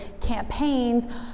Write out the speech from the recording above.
campaigns